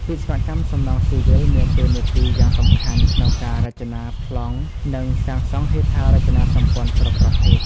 វិស្វកម្មសំណង់ស៊ីវិល មានតួនាទី យ៉ាងសំខាន់ ក្នុងការ រចនា ប្លង់ និងសាងសង់ហេដ្ឋារចនាសម្ព័ន្ធ គ្រប់ប្រភេទ។